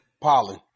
Polly